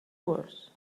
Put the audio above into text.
worse